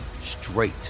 straight